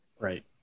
Right